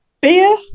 beer